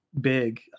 big